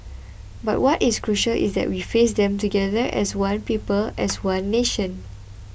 but what is crucial is that we face them together as one people as one nation